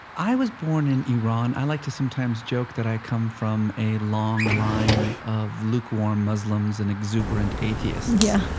i was born in iran. i like to sometimes joke that i come from a long line of lukewarm muslims and exuberant atheists yeah.